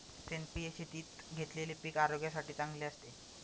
सेंद्रिय शेतीत घेतलेले पीक आरोग्यासाठी चांगले असते